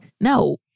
No